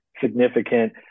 significant